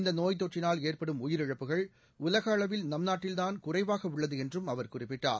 இந்த நோய் தொற்றினால் ஏற்படும் உயிரிழப்புகள் உலக அளவில் நம் நாட்டில்தான் குறைவாக உள்ளது என்றும் அவர் குறிப்பிட்டார்